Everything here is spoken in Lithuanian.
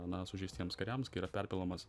na sužeistiems kariams kai yra perpilamas